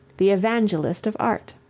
the evangelist of art